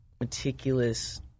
meticulous